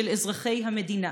של אזרחי המדינה.